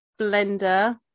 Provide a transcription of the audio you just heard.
blender